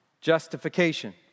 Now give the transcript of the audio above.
justification